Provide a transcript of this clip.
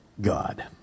God